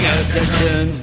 attention